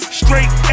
straight